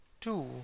two